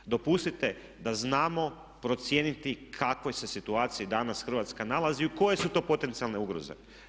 Evo dopustite da znamo procijeniti u kakvoj se situaciji danas Hrvatska nalazi i koje su to potencijalne ugroze.